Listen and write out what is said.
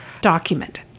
document